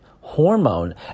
hormone